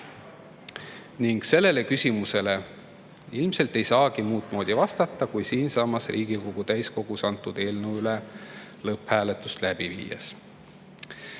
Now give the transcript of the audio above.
Sellele küsimusele ilmselt ei saagi muud moodi vastata, kui siinsamas Riigikogu täiskogus eelnõu lõpphääletust läbi viies.